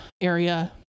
area